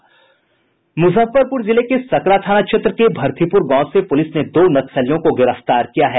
मुजफ्फरपुर जिले के सकरा थाना क्षेत्र के भरथीपुर गांव से पुलिस ने दो नक्सलियों को गिरफ्तार किया है